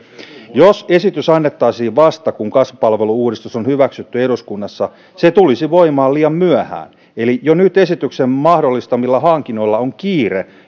jos esitys annettaisiin vasta kun kasvupalvelu uudistus on hyväksytty eduskunnassa se tulisi voimaan liian myöhään eli esityksen mahdollistamilla hankinnoilla on jo nyt kiire